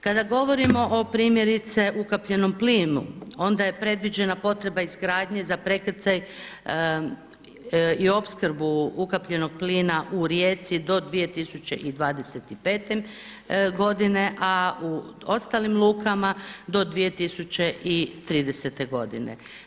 Kada govorimo o primjerice ukapljenom plinu onda je predviđena potreba izgradnje za prekrcaj i opskrbu ukapljenog plina u Rijeci do 2025. godine a u ostalim lukama do 2030. godine.